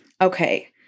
Okay